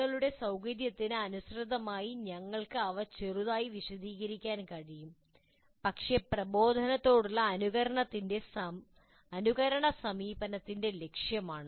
നിങ്ങളുടെ സൌകര്യത്തിന് അനുസൃതമായി നിങ്ങൾക്ക് അവ ചെറുതായി വിശദീകരിക്കാൻ കഴിയും പക്ഷേ ഇത് പ്രബോധനത്തോടുള്ള അനുകരണ സമീപനത്തിന്റെ ലക്ഷ്യമാണ്